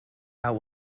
out